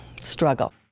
struggle